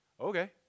okay